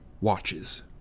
watches